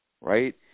right